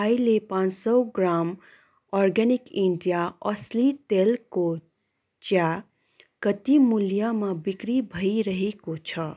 अहिले पाँच सौ ग्राम अर्ग्यानिक इन्डिया असली तेलको चिया कति मूल्यमा बिक्री भइरहेको छ